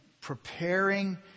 preparing